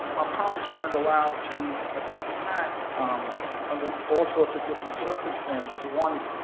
our pilots weren't allowed to attack um under all sorts of different circumstances, and one